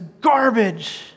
garbage